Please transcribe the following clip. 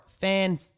fan